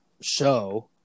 show